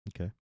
Okay